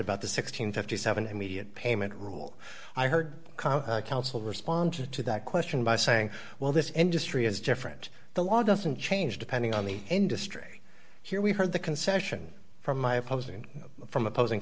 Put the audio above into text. about the six hundred and fifty seven immediate payment rule i heard counsel respond to that question by saying well this industry is different the law doesn't change depending on the industry here we heard the concession from my opposing from opposing